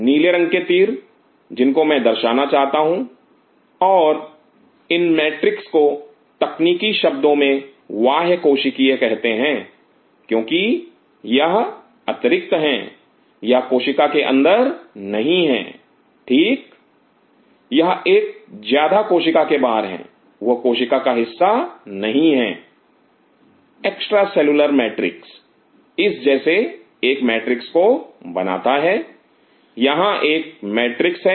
नीले रंग के तीर जिनको मैं दर्शना चाहता हूं और इन मैट्रिक्स को तकनीकी शब्दों में बाह्य कोशिकीय कहते हैं क्योंकि यह अतिरिक्त है यह कोशिका के अंदर नहीं है ठीक यह एक ज्यादा कोशिका के बाहर है वह कोशिका का हिस्सा नहीं है एक्स्ट्रा सेल्यूलर मैट्रिक्स इस जैसे एक मैट्रिक्स को बनाता है यहां यह एक मैट्रिक्स है